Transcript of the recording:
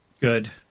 Good